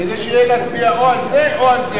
בשביל שיהיה להצביע או על זה או על זה.